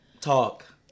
talk